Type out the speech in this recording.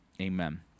Amen